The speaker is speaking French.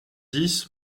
dix